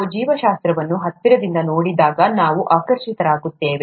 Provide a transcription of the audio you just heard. ನಾವು ಜೀವಶಾಸ್ತ್ರವನ್ನು ಹತ್ತಿರದಿಂದ ನೋಡಿದಾಗ ನಾವು ಆಕರ್ಷಿತರಾಗುತ್ತೇವೆ